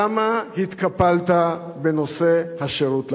למה התקפלת בנושא השירות לכול?